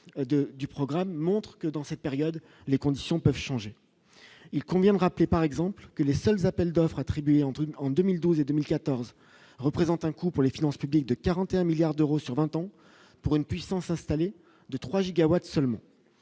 du programme montrent que dans cette période, les conditions peuvent changer, il convient de rappeler par exemple que les seuls appels d'offres attribués entre une en 2012 et 2014 représente un coût pour les finances publiques de 41 milliards d'euros sur 20 ans pour une puissance installée de 3 gigawatts seulement